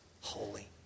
holy